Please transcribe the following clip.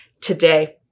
today